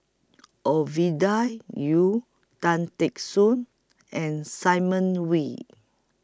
Ovidia Yu Tan Teck Soon and Simon Wee